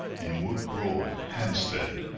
in wood grove, hampstead.